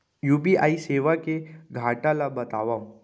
UPI सेवा के घाटा ल बतावव?